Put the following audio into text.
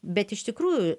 bet iš tikrųjų